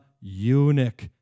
eunuch